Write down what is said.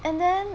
and then